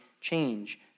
change